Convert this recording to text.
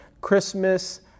Christmas